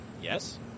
Yes